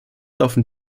laufen